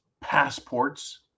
passports